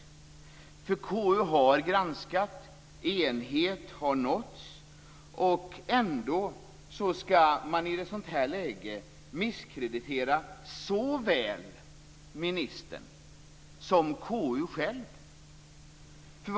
För KU har granskat, enighet har nåtts och ändå skall man i ett sådant här läge misskreditera såväl ministern som KU självt.